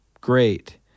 great